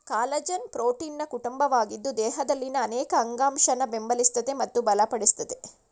collagen ಪ್ರೋಟೀನ್ನ ಕುಟುಂಬವಾಗಿದ್ದು ದೇಹದಲ್ಲಿನ ಅನೇಕ ಅಂಗಾಂಶನ ಬೆಂಬಲಿಸ್ತದೆ ಮತ್ತು ಬಲಪಡಿಸ್ತದೆ